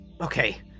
Okay